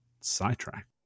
sidetrack